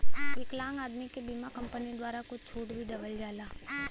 विकलांग आदमी के बीमा कम्पनी द्वारा कुछ छूट भी देवल जाला